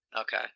Okay